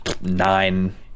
nine